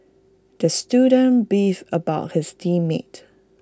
the student beefed about his team mates